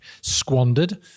squandered